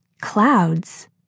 clouds